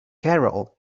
carol